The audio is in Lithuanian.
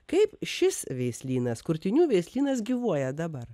kaip šis veislynas kurtinių veislynas gyvuoja dabar